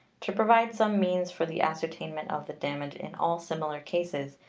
to provide some means for the ascertainment of the damage in all similar cases,